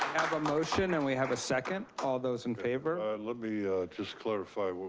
have a motion and we have a second. all those in favor? let me just clarify.